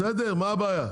בסדר, מה הבעיה?